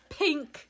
pink